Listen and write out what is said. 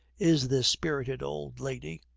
is this spirited old lady.